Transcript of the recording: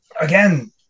again